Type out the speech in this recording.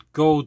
go